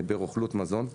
ברוכלות מזון.